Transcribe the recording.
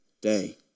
day